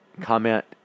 Comment